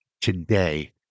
today